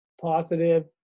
positive